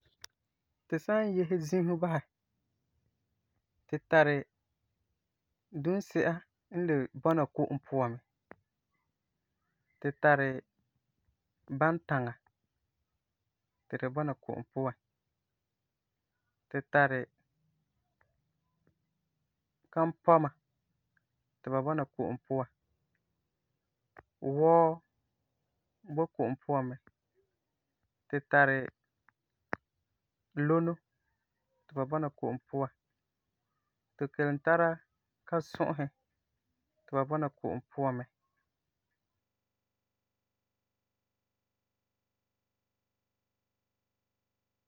Tu san yese zifo basɛ, tu tari dunsi'a n le bɔna ko'om puan mɛ. Tu tari bantaŋa, ti di bɔna ko'om puan. Tu tari kanpɔma ti ba bɔna ko'om puan, wɔɔ, boi ko'om puan mɛ. Tu tari lono ti ba bɔna ko'om puan. Tu kelum tara kasu'usi ti ba bɔna ko'om puan mɛ.